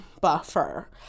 buffer